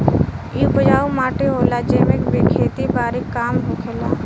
इ उपजाऊ माटी होला जेमे खेती बारी के काम होखेला